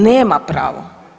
Nema pravo.